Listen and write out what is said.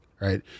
right